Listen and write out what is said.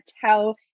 tell